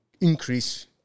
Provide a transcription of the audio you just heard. increase